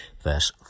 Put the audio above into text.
verse